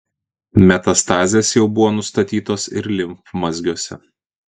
metastazės jau buvo nustatytos ir limfmazgiuose